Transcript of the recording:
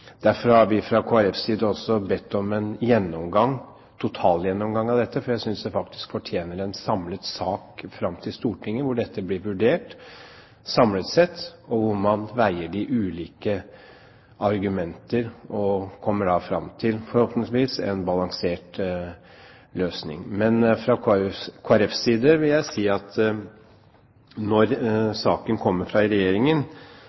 Derfor har vi fra Kristelig Folkepartis side også bedt om en totalgjennomgang av dette, for jeg synes det faktisk fortjener en sak fram til Stortinget, hvor dette blir vurdert samlet sett, og hvor man veier de ulike argumenter og forhåpentligvis kommer fram til en balansert løsning. Men fra Kristelig Folkepartis side vil jeg si at når saken kommer fra Regjeringen,